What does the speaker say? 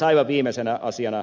aivan viimeisenä asiana